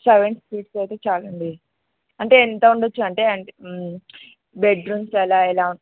seven feet అయితే చాలండి అంటే ఎంత ఉండొచ్చు అంటే బెడ్రూమ్స్ అలా ఎలా